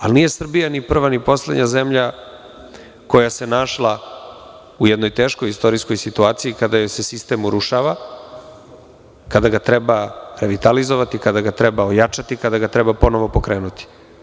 Ali, nije Srbija ni prva ni poslednja zemlja koja se našla u jednojteškoj istorijskoj situaciji kada joj se sistem urušava, kada ga treba revitalizovati, kada ga treba ojačati, kada ga treba ponovo pokrenuti.